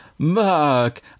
mark